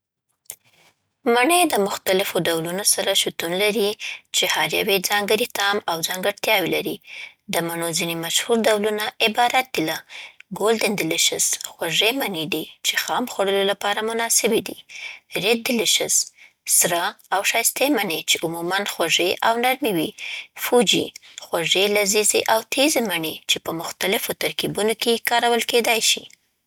مڼې د مختلفو ډولونو سره شتون لري، چې هر یو یې ځانګړی طعم او ځانګړتیاوې لري. د مڼو ځینې مشهور ډولونه عبارت دي له: ګلډن ډیلیشس: خوږې مڼې دی چې خام خوړلو لپاره مناسبې دي. ریډ ډیلیشس: سره او ښایسته مڼې چې عموماً خوږې او نرمې وي، فوجي: خوږې، لذیذې او تیزې مڼې چې په مختلفو ترکیبونو کې کارول کیدی شي.